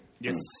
Yes